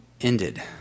ended